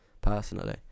personally